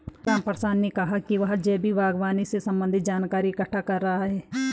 रामप्रसाद ने कहा कि वह जैविक बागवानी से संबंधित जानकारी इकट्ठा कर रहा है